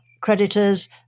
creditors